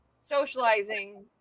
socializing